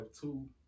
two